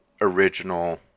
original